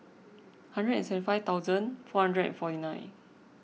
hundred seven five thousand four hundred forty nine